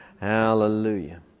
Hallelujah